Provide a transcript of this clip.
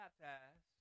baptized